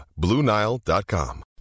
BlueNile.com